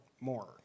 more